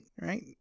Right